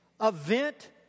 event